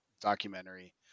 documentary